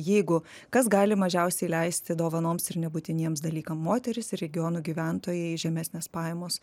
jeigu kas gali mažiausiai leisti dovanoms ir nebūtiniems dalykam moterys ir regionų gyventojai žemesnės pajamos